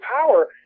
power